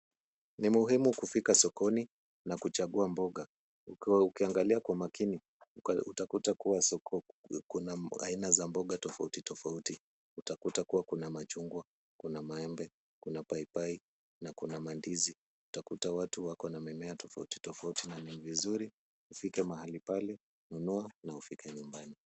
Ni muhimu kufika sokoni na kuchagua mboga. Ukiangalia kwa makini utakuta kuwa soko kuna aina za mboga tofauti tofauti, utakuta kuwa kuna machungwa, kuna maembe, kuna paipai na kuna mandizi. Utakuta watu wako na mimea tofauti tofauti ni vizuri ufike mahali pale nunua na ufike nyumbani.